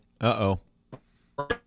Uh-oh